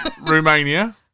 Romania